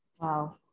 wow